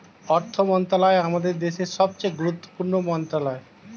অর্থ মন্ত্রণালয় আমাদের দেশের সবচেয়ে গুরুত্বপূর্ণ মন্ত্রণালয়